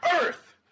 Earth